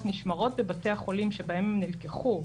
נשמרות בבתי החולים שבהם הן נלקחו,